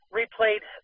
replayed